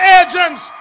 agents